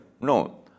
No